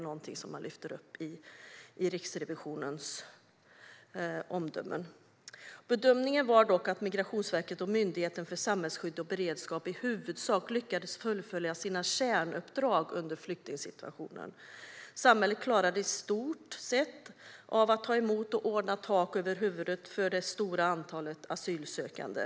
Det lyfter Riksrevisionen upp i sin rapport. Bedömningen var dock att Migrationsverket och Myndigheten för samhällsskydd och beredskap i huvudsak lyckades fullfölja sina kärnuppdrag under flyktingsituationen. Samhället klarade i stort sett av att ta emot och ordna tak över huvudet för det stora antalet asylsökande.